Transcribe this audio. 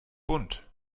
bunt